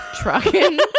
trucking